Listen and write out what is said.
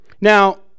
Now